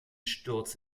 sturz